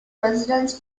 residence